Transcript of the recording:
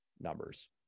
numbers